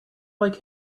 like